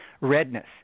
redness